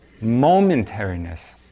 momentariness